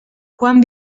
quan